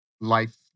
life